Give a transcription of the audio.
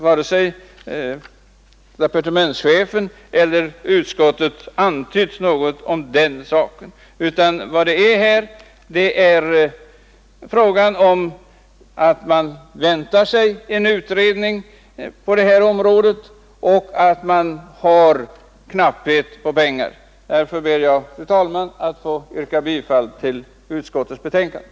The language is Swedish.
Varken departementschefen eller utskottet har heller antytt något sådant. Det är bara så att man väntar en utredning på detta område och har knappt om pengar. Därför ber jag, fru talman, att få yrka bifall till utskottets förslag.